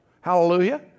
Hallelujah